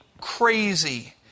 crazy